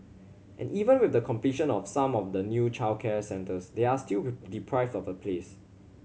and even with the completion of some of the new childcare centres they are still deprived of a place